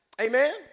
Amen